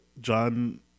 John